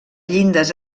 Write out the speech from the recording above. llindes